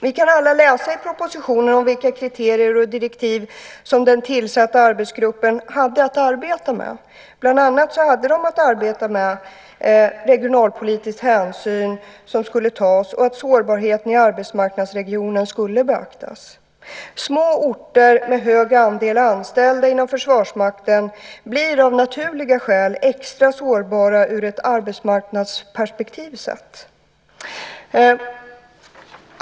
Vi kan alla läsa i propositionen om vilka kriterier och direktiv som den tillsatta arbetsgruppen hade att arbeta med, bland annat skulle regionalpolitiska hänsyn tas, och sårbarheten i arbetsmarknadsregionen skulle beaktas. Små orter med stor andel anställda inom Försvarsmakten blir av naturliga skäl extra sårbara sett ur ett arbetsmarknadsperspektiv.